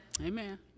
Amen